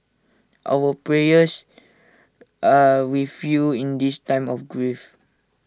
our prayers are with you in this time of grief